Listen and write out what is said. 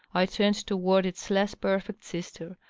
i turned toward its less perfect sister,